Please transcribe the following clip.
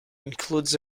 includes